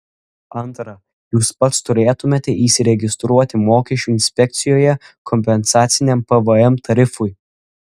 antra jūs pats turėtumėte įsiregistruoti mokesčių inspekcijoje kompensaciniam pvm tarifui